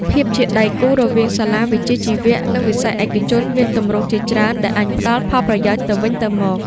ភាពជាដៃគូរវាងសាលាវិជ្ជាជីវៈ និងវិស័យឯកជនមានទម្រង់ជាច្រើនដែលអាចផ្តល់ផលប្រយោជន៍ទៅវិញទៅមក។